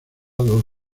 dos